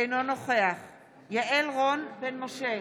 אינו נוכח יעל רון בן משה,